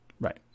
Right